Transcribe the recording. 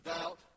doubt